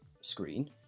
screen